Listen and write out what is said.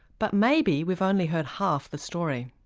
but maybe we've only heard half the story.